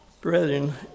Brethren